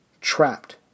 trapped